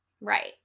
Right